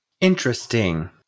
Interesting